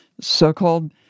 so-called